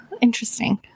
interesting